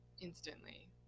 instantly